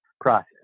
process